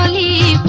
e